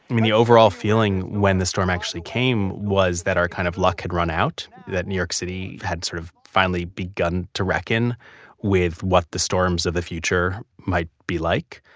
mean the overall feeling when the storm actually came was that our kind of luck had run out, that new york city had sort of finally begun to reckon with what the storms of the future might be like.